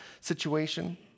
situation